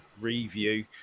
review